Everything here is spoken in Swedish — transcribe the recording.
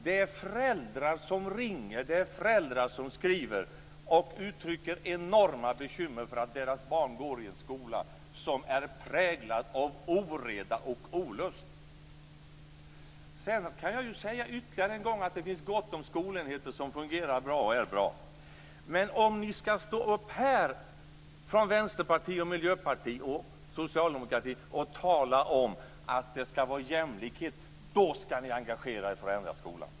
Det är föräldrar som ringer, det är föräldrar som skriver och uttrycker enorma bekymmer för att deras barn går i en skola som är präglad av oreda och olust. Jag kan säga ytterligare en gång att det finns gott om skolenheter som fungerar bra och är bra. Men om ni ska stå upp här från Vänsterpartiet, Miljöpartiet och Socialdemokraterna och tala om att det ska vara jämlikhet, då ska ni engagera er i att ändra skolan.